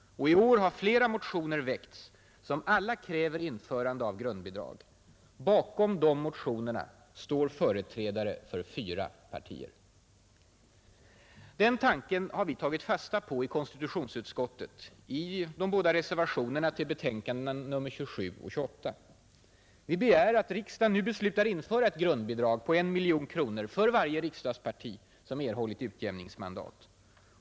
I år har flera motioner väckts som alla kräver införande av grundbidrag. Bakom de motionerna står företrädare för fyra partier. Den tanken har vi tagit fasta på i konstitutionsutskottet i de båda reservationerna till betänkandena nr 27 och 28. Vi begär att riksdagen nu beslutar införa ett grundbidrag på 1 miljon kronor för varje riksdagsparti som erhållit utjämningsmandat.